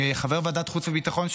כחבר ועדת החוץ והביטחון,